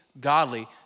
godly